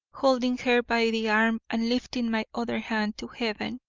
holding her by the arm and lifting my other hand to heaven,